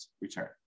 return